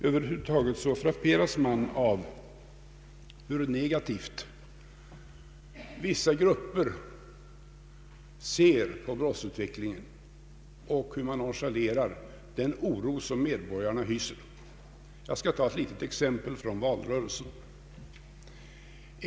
över huvud taget frapperas man av hur negativt vissa grupper ser på brottsutvecklingen och nonchalerar den oro som medborgarna hyser. Jag skall ta ett exempel från valrörelsen.